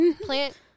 plant